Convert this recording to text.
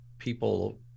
People